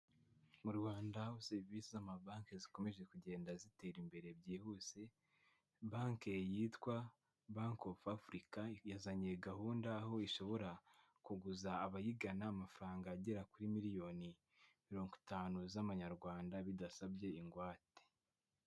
Mu Rwanda serivisi z'amabanki zikomeje kugenda zitera imbere byihuse banki yitwa Bank of Africa, yazananiye gahunda aho ishobora kuguza abayigana amafaranga agera kuri miliyoni mirongo itanu z'amanyarwanda bidasabye ingwate.